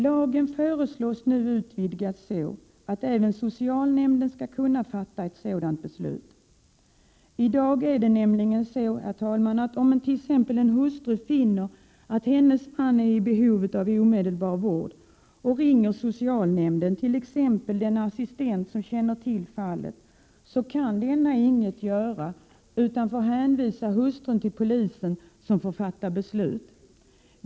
Lagen föreslås nu utvidgad på så sätt att även socialnämnden skall kunna fatta ett sådant beslut. Om t.ex. en hustru i dag finner att hennes man är i behov av omedelbar vård och därför ringer socialnämnden — dvs. den assistent som känner till fallet — kan nämnden inget göra utan tvingas hänvisa hustrun till polisen som får fatta beslut.